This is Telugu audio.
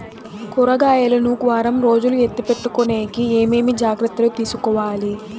కూరగాయలు ను వారం రోజులు ఎత్తిపెట్టుకునేకి ఏమేమి జాగ్రత్తలు తీసుకొవాలి?